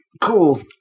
Cool